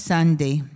Sunday